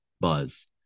buzz